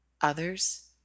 others